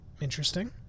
Interesting